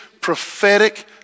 prophetic